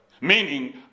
Meaning